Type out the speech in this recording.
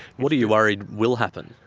what are you worried will happen?